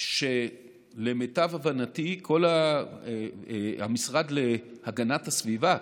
שלמיטב הבנתי המשרד להגנת הסביבה,